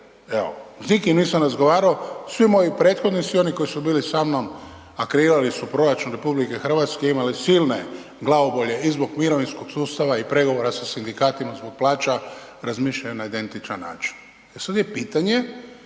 evo s nikim nisam razgovarao svi moji prethodnici i oni koji su bili sa mnom, a kreirali su proračun RH imali silne glavobolje i zbog mirovinskog sustava i pregovora sa sindikatima zbog plaća razmišljaju na identičan način.